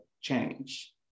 change